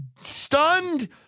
stunned